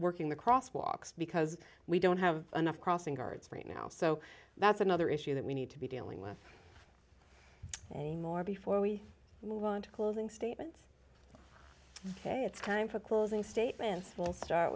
working the crosswalks because we don't have enough crossing guards right now so that's another issue that we need to be dealing with any more before we move on to closing statements ok it's time for closing statements we'll start